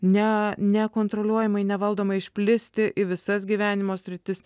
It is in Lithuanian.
ne nekontroliuojamai nevaldomai išplisti į visas gyvenimo sritis